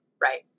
Right